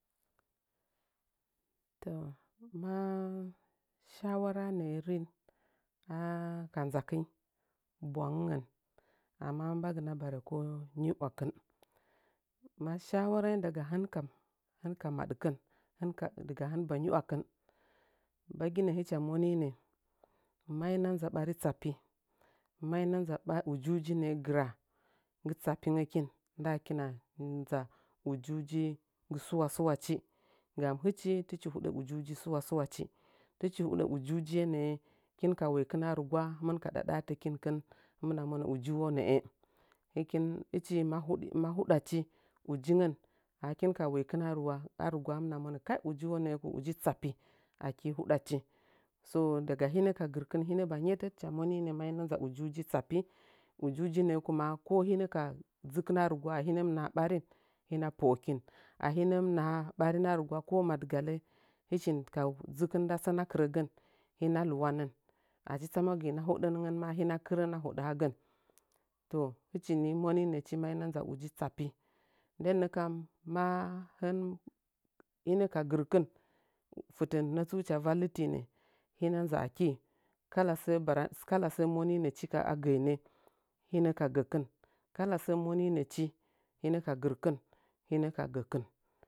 To mɨ shawara nə rin ka makɨnyi bwangəgən amma mbagɨ barə ko nyiuwakɨnma shawarai ndaga wɨh kam hɨn ka maɗkɨn hɨn daga hɨn ba nyi wakɨn naginɗ hɨch monɨnɗ maina nza bari tsappi hɨna nza ujiji nggɨ tsappingəkin nda kina nza ujiji nggɨ suwa suwachi gam hɨchi tɨchi huɗə ujiji nggɨ su wa suwachi tɨchi huɗa uɗiuɗi yenəə həkin ka woikɨn a rɨgwa hɨmɨn ka ɗaɗa tɨkɨnkɨn hɨmina mond udi wa nəə hɨkin hɨchi ma huɗachi uɗi ngəu ahɨkin ka woikɨn a rɨgwa hɨmna monə kai uji wonɗɗ ku uji a tsappi aki huɗachi so daga hɨnɗ frkɨn hɨnɗ ba nyətət hɨcha moni aina nza ujiuji tappi ujiuji kuma ko hɨnd ka dzɨkɨn a wa a hɨnəm naha ɓarin hin kin ahɨnəm ɓarin a rɨgwa ko lɨgalo hɨchim ka dzɨkin ndasən tsamagatɨna hoɗəngən mahɨna kɨrdi a hoɗə a hagən to hɨchi ni moninəchi maina nza uji tsapi nden nəkam ma hɨn hɨna ka gɨrkin fɨtən nətsu hɨcha vallitine hɨna nza aki kala sə ba kala sə moninəchi kə gainə hɨnə ka gokɨn kala səə moninəci hɨnə ka gɨrkɨn hɨnə ka gəkɨn.